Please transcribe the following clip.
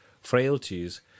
frailties